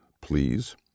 please